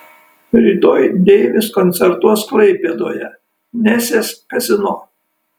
rytoj deivis koncertuos klaipėdoje nesės kazino